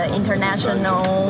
international